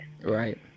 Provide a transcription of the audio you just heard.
right